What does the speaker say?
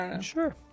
Sure